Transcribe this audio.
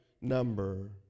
number